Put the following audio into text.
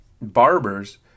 barbers